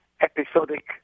episodic